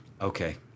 Okay